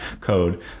code